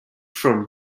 from